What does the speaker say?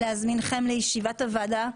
להזמינכם לישיבת הוועדה.